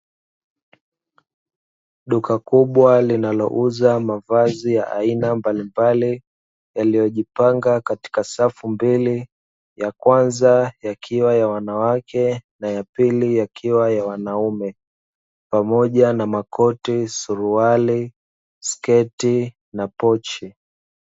Duka kubwa linalouza mavazi ya aina mbalimbali, yaliyojipanga katika safu mbili, ya kwanza yakiwa ya wanawake na ya pili yakiwa ya wanaume, pamoja na makoti, suruali, sketi na pochi.